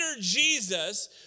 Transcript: Jesus